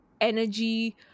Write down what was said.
energy